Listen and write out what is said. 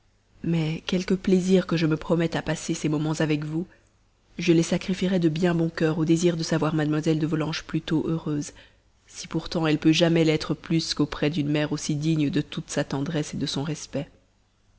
mais quelque plaisir que je me promette à passer ces moments avec vous je les sacrifierais de bien bon cœur au désir de savoir mademoiselle de volanges plus tôt heureuse si pourtant elle peut jamais l'être plus qu'auprès d'une mère aussi digne de toute sa tendresse et de son respect